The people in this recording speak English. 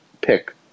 pick